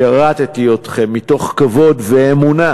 שירתתי אתכם מתוך כבוד ואמונה